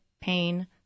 pain